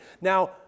Now